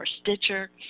stitcher